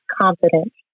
confidence